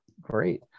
Great